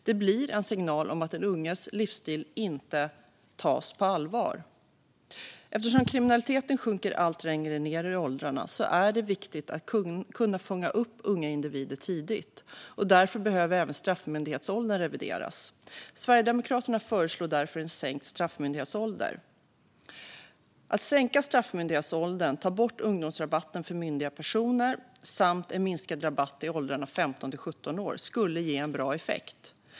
Det blir en signal om att den unges livsstil inte tas på allvar. Eftersom kriminaliteten sjunker allt lägre ned i åldrarna är det viktigt att kunna fånga upp unga individer tidigt, och därför behöver även straffmyndighetsåldern revideras. Sverigedemokraterna föreslår därför en sänkt straffmyndighetsålder. Att sänka straffmyndighetsåldern, ta bort ungdomsrabatten för myndiga personer och minska rabatten för ungdomar i åldern 15-17 år skulle ge bra effekt.